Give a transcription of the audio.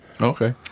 Okay